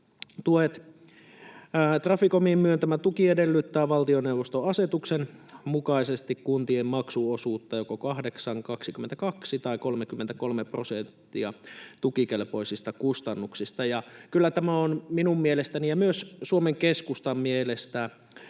Traficomin myöntämä tuki edellyttää valtioneuvoston asetuksen mukaisesti kuntien maksuosuutta: joko 8, 22 tai 33 prosenttia tukikelpoisista kustannuksista. Kyllä tämä on minun mielestäni ja myös Suomen Keskustan mielestä